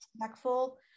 respectful